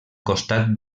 costat